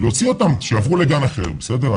להוציא אותם שיעברו לגן אחר בסדר?